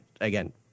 again